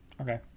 Okay